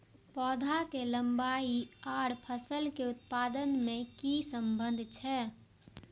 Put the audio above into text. पौधा के लंबाई आर फसल के उत्पादन में कि सम्बन्ध छे?